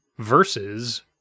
Versus